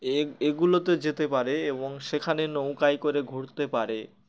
এ এগুলোতে যেতে পারে এবং সেখানে নৌকাই করে ঘুরতে পারে